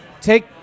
take